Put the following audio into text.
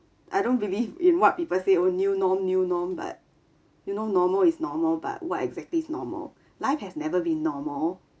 I don't believe in what people say oh new norm new norm but you know normal is normal but what exactly is normal life has never been normal